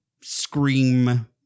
Scream